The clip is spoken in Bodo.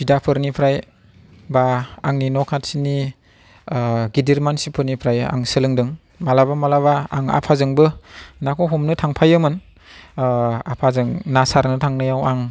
बिदाफोरनिफ्राय बा आंनि न' खाथिनि गिदिर मानसिफोरनिफ्राय आं सोलोंदों माब्लाबा माब्लाबा आं आफाजोंबो नाखौ हमनो थांफायोमोन आफाजों ना सारनो थांनायाव आं